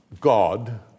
God